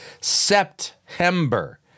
September